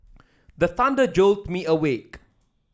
the thunder jolt me awake